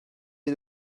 est